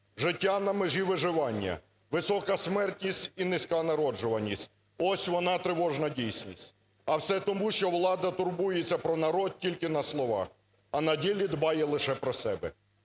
життя на межі виживання, висока смертність і низька народжуваність. Ось вона тривожна дійсність. А все тому, що влада турбується про народ тільки на словах, а на ділі дбає лише про себе."